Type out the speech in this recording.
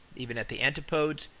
even at the antipodes,